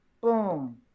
Boom